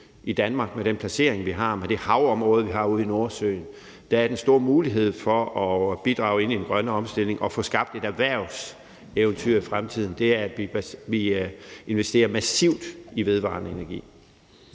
kernekraft. Med den placering, vi har, og med det havområde, vi har ude i Nordsøen, er den store mulighed for Danmark i forhold til at bidrage til den grønne omstilling for mig at se at få skabt et erhvervseventyr i fremtiden, ved at vi investerer massivt i vedvarende energi.